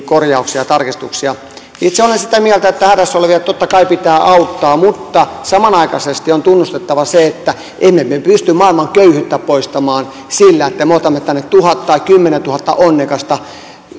korjauksia ja tarkistuksia itse olen sitä mieltä että hädässä olevia totta kai pitää auttaa mutta samanaikaisesti on tunnustettava se että emme me pysty maailman köyhyyttä poistamaan sillä että me otamme tänne tuhat tai kymmenentuhatta onnekasta